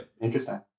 Interesting